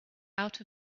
out